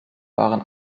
waren